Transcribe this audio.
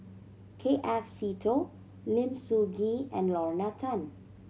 K F Seetoh Lim Soo Ngee and Lorna Tan